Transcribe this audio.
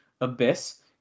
Abyss